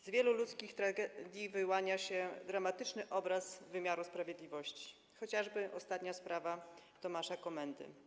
Z wielu ludzkich tragedii wyłania się dramatyczny obraz wymiaru sprawiedliwości, dotyczy to chociażby sprawy Tomasza Komendy.